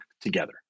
together